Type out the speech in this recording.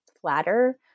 flatter